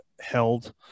held